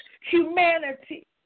humanity